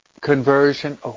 conversion